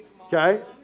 okay